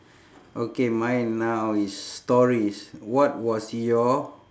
okay mine now is stories what was your